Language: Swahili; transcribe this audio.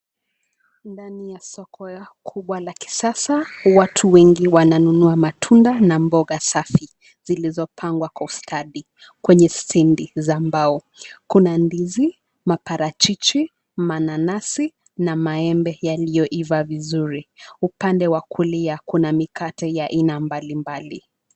Ndani ya soko kubwa la kisasa watu wengi wananunua matunda na mboga safi zilizopangwa kustadi kwenye stendi za mbao, kuna ndizi, maparachichi ,mananasi na maembe yaliyoivaa vizuri. Upande wa kulia, kuna mikate ya aina mbalimbali.